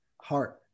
heart